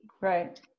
Right